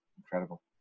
Incredible